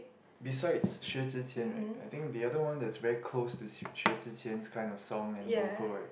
besides Xue-Zhi-Qian right I think the other one that very close to s~ Xue-Zhi-Qian's kind of song and vocal right